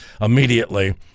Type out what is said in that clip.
immediately